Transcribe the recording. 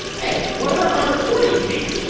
hey, what about my reporting fee?